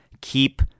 keep